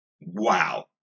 Wow